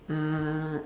uh